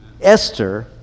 Esther